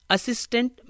Assistant